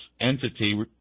entity